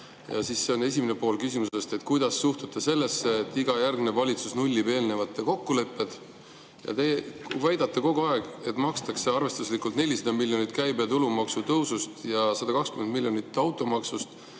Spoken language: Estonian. aastast." See on esimene pool küsimusest: kuidas suhtute sellesse, et iga järgnev valitsus nullib eelnevate kokkulepped? Te väidate kogu aeg, et arvestuslikult [saadakse] 400 miljonit käibe‑ ja tulumaksu tõusust ja 120 miljonit automaksust,